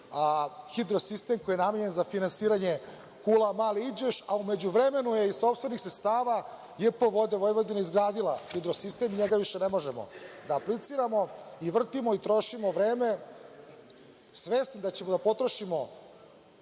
hidrosistem koji je namenjen za finansiranje kula Mali Iđoš, a u međuvremenu je iz sopstvenih sredstava JP „Vode Vojvodine“ izgradilo hidrosistem, na njega više ne možemo da apliciramo i vrtimo i trošimo vreme, svesni da ćemo da potrošimo